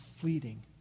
fleeting